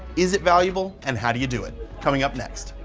is it valuable? and how do you do it? coming up next.